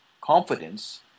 confidence